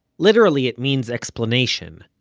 literally, it means explanation.